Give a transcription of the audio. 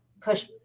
push